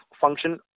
function